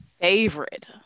Favorite